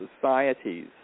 societies